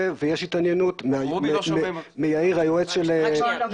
ויש התעניינות מיאיר --- רק שנייה.